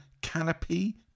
Canopy